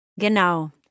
Genau